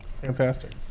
Fantastic